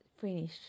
Finish